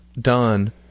done